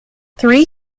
three